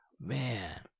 Man